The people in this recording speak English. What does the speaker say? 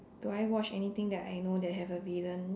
do I watch anything that I know that have a villain